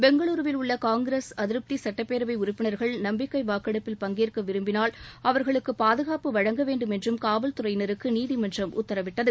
பெங்களுருவில் உள்ள காங்கிரஸ் அதிருப்தி சுட்டப்பேரவை உறுப்பினர்கள் நம்பிக்கை வாக்கெடுப்பில் பங்கேற்க விரும்பினால் அவர்களுக்கு பாதுகாப்பு வழங்க வேண்டும் என்றும் காவல் துறையினருக்கு நீதிமன்றம் உத்தரவிட்டது